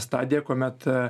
stadiją kuomet